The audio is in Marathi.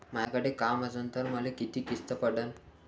मायाकडे काम असन तर मले किती किस्त पडन?